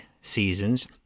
seasons